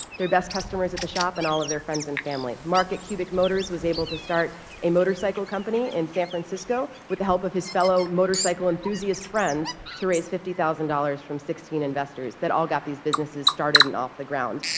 their best customers at the shop, and all of their friends and family. mark at cubic motors was able to start a motorcycle company in san francisco with the help of his fellow motorcycle enthusiast friends to raise fifty thousand dollars from sixteen investors that all got these businesses started and off the ground.